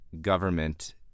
government